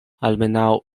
almenaŭ